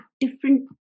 different